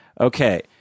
Okay